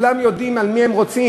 כולם יודעים על מי הם רוצים,